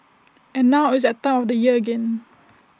and now it's A time of the year again